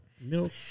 Milk